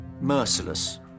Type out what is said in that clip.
merciless